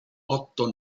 otto